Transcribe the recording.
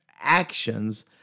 actions